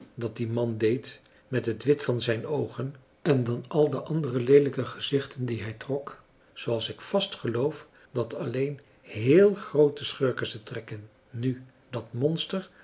dat die man deed met het wit van zijn oogen en dan al de andere leelijke gezichten die hij trok zooals ik vast geloof dat alleen heel groote schurken ze trekken nu dat monster